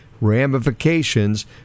ramifications